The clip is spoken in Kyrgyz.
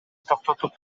токтотуп